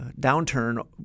downturn